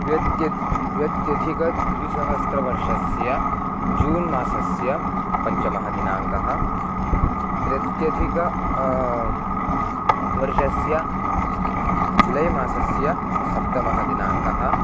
द्व्यत्यद् द्व्यधिकद्विसहस्त्रवर्षस्य जून् मासस्य पञ्चमः दिनाङ्कः त्रयाधिकस्य वर्षस्य जुलै मासस्य सप्तमः दिनाङ्कः